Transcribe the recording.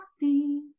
happy